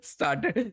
Started